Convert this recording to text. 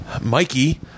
Mikey